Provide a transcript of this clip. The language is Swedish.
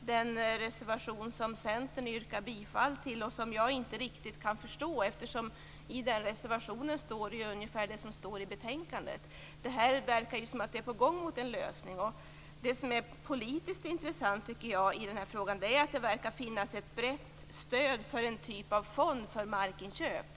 den reservation som Centern yrkar bifall till och som jag inte riktigt kan förstå, eftersom det i reservationen står ungefär samma sak som i betänkandet. Det verkar ju vara en lösning på gång. Det som är politiskt intressant i den här frågan är att det verkar finnas ett brett stöd för en typ av fond för markinköp.